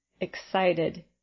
excited